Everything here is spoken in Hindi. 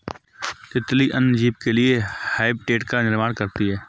तितली अन्य जीव के लिए हैबिटेट का निर्माण करती है